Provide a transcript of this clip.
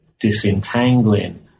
disentangling